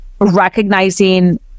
recognizing